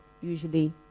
usually